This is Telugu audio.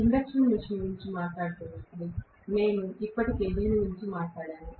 ఇండక్షన్ మెషిన్ గురించి మాట్లాడుతున్నప్పుడు మేము ఇప్పటికే దీని గురించి మాట్లాడాము